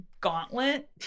gauntlet